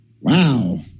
wow